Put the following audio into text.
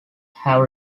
have